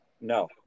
No